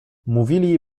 mówili